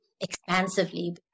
expansively